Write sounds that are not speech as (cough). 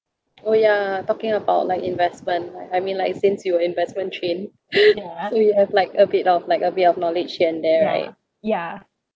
oh yeah talking about like investment I mean like you're investment trained (laughs) so you have like a bit of like a bit of knowledge here and there right